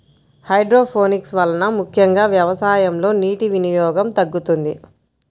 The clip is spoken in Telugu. హైడ్రోపోనిక్స్ వలన ముఖ్యంగా వ్యవసాయంలో నీటి వినియోగం తగ్గుతుంది